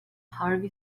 harvey